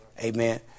Amen